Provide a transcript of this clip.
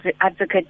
advocate